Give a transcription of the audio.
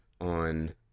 on